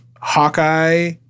Hawkeye